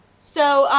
so,